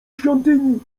świątyni